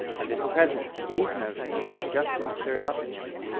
and at present, these notions have just been stirred up in him,